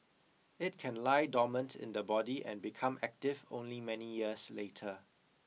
it can lie dormant in the body and become active only many years later